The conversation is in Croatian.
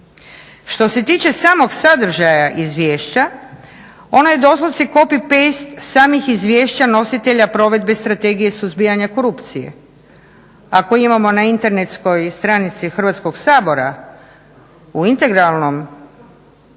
Što se tiče samog sadržaja izvješća ono je doslovce copy-paste samih izvješća nositelja provedbe Strategije suzbijanja korupcije. Ako imamo na internetskoj stranici Hrvatskog sabora u integralnom